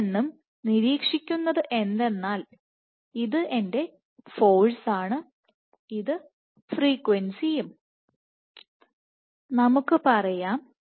ഇതിൽ നിന്നും നിരീക്ഷിക്കുന്നത് എന്തെന്നാൽ ഇത് എൻറെ ഫോഴ്സ് ആണ് ഇത് ഫ്രീക്വൻസി യും നമുക്ക് പറയാം